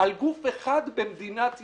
על גוף אחד במדינת ישראל.